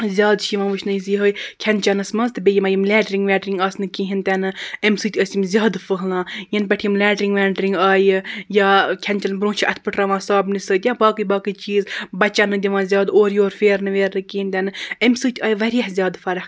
زیادٕ چھِ یِوان وُچھنہٕ زِ یِہَے کھیٚن چیٚنَس منٛز تہٕ بیٚیہِ یِمٔے یِم لیٹرن ویٹرن آسہٕ نہٕ کِہینۍ تِنہٕ امہِ سۭتۍ ٲسۍ یِم زیادٕ پھٔہلان یَنہٕ پٮ۪ٹھ یِم لیٹرن ویٹرن آیہِ یا کھیٚن چیٚن برۄنٛہہ چھِ اَتھہِ پٕٹھراوان صابنہِ سۭتۍ یا باقٕے باقٕے چیٖز بَچَن نہٕ دِوان زیادٕ اورٕ یور پھیرنہٕ ویرنہٕ کِہیٖنۍ تِنہٕ امہِ سۭتۍ آیہِ واریاہ زیادٕ فرق